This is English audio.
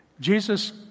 Jesus